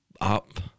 up